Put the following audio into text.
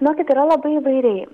žinokit yra labai įvairiai